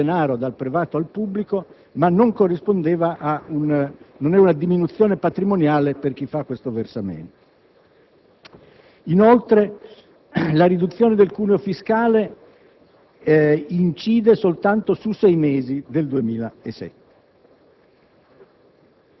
trasferimento di denaro dal privato al pubblico, ma non corrisponde ad una diminuzione patrimoniale per chi fa questo versamento. Inoltre, la riduzione del cuneo fiscale incide soltanto su sei mesi del 2007.